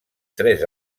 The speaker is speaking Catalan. tres